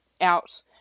out